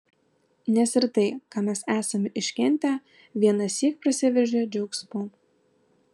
nes ir tai ką mes esam iškentę vienąsyk prasiveržia džiaugsmu